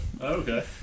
okay